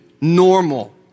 normal